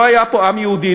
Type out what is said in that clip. לא היה פה עם יהודי,